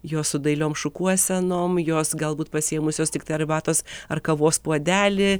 jos su dailiom šukuosenom jos galbūt pasiėmusios tiktai arbatos ar kavos puodelį